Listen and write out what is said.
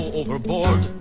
overboard